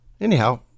Anyhow